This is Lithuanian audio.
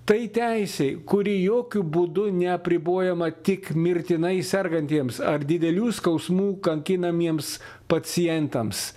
tai teisė kuri jokiu būdu neapribojama tik mirtinai sergantiems ar didelių skausmų kankinamiems pacientams